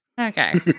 Okay